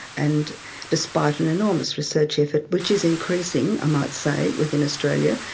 and despite an enormous research effort, which is increasing i might say within australia,